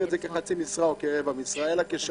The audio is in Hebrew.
את זה כחצי משרה או כרבע משרה אלא כשעות.